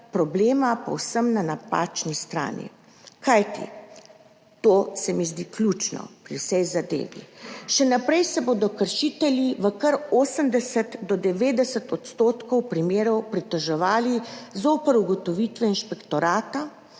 problema povsem na napačni strani, kajti to se mi zdi ključno pri vsej zadevi. Še naprej se bodo kršitelji v kar 80 do 90 % primerov pritoževali zoper ugotovitve inšpektorata